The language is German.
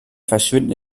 verschwinden